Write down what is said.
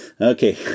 Okay